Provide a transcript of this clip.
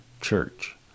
church